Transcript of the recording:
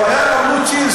אבל הבעיה עם ה"בלו צ'יז",